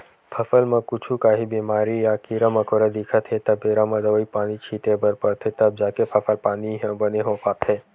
फसल म कुछु काही बेमारी या कीरा मकोरा दिखत हे त बेरा म दवई पानी छिते बर परथे तब जाके फसल पानी ह बने हो पाथे